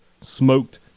Smoked